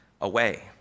away